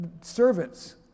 servants